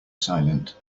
silent